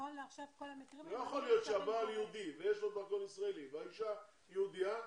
לא יכול להיות שהבעל יהודי ויש לו דרכון ישראלי והאישה יהודייה,